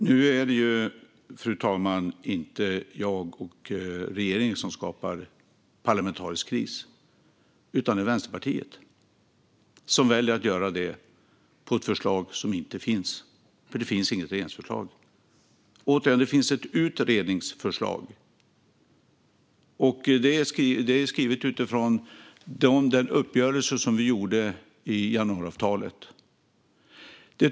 Fru talman! Nu är det ju inte jag och regeringen som skapar parlamentarisk kris, utan det är Vänsterpartiet som väljer att göra det - på grund av ett förslag som inte finns, för det finns inget regeringsförslag. Återigen: Det finns ett utredningsförslag . Det är skrivet utifrån den uppgörelse som vi gjorde i januariavtalet.